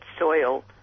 soil